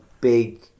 big